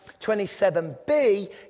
27b